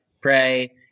pray